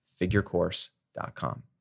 figurecourse.com